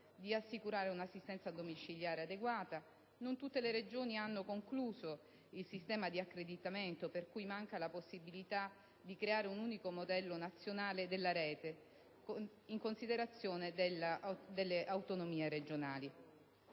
di assicurare un'assistenza domiciliare adeguata; non tutte le Regioni hanno concluso il sistema di accreditamento, per cui manca la possibilità di creare un unico modello nazionale della rete in considerazione dell'autonomia regionale.